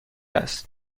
است